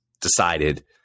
decided